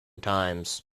times